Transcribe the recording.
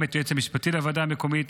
גם את היועץ המשפטי לוועדה המקומית